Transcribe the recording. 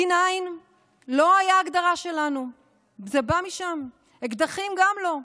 D9 לא היה הגדרה שלנו, זה בא משם, אקדחים גם לא.